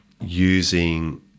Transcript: using